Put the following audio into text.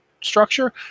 structure